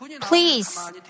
Please